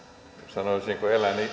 sanoisinko